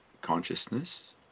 consciousness